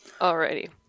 Alrighty